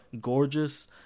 gorgeous